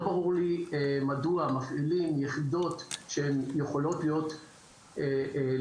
לא ברור לי מדוע מפעילים יחידות שהן יכולות להניע